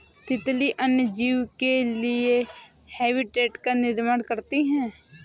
तितली अन्य जीव के लिए हैबिटेट का निर्माण करती है